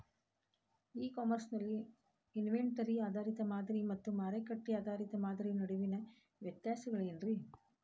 E commerce ನಲ್ಲಿ inventory ಆಧಾರಿತ ಮಾದರಿ ಮತ್ತ ಮಾರುಕಟ್ಟೆ ಆಧಾರಿತ ಮಾದರಿಯ ನಡುವಿನ ವ್ಯತ್ಯಾಸಗಳೇನ ರೇ?